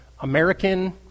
American